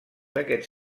aquests